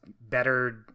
better